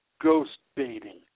ghost-baiting